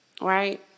right